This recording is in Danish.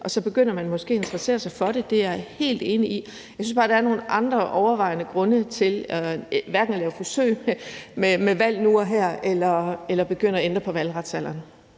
og så begynder man måske at interessere sig for det. Det er jeg helt enig i. Jeg synes bare, der er nogle andre tungtvejende grunde til hverken at lave forsøg med valg nu og her eller begynde at ændre på valgretsalderen.